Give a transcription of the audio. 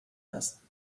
است